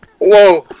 Whoa